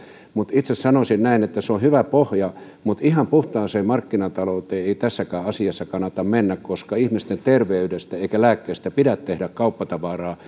mutta itse sanoisin näin että se on hyvä pohja mutta ihan puhtaaseen markkinatalouteen ei tässäkään asiassa kannata mennä koska ei ihmisten terveydestä eikä lääkkeistä pidä tehdä kauppatavaraa